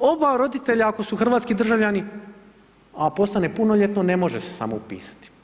oba roditelja ako su hrvatski državljani a postane punoljetno ne može se samo upisati.